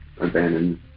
abandoned